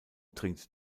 dringt